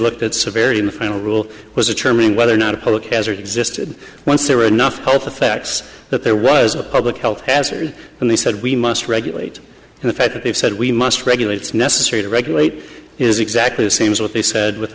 looked at severity in the final rule was a term in whether or not a public hazard existed once there were enough health effects that there was a public health hazard and they said we must regulate the fact that they've said we must regulate it's necessary to regulate is exactly the same as what they said with